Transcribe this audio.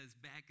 back